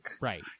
Right